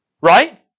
right